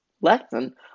lesson